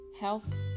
health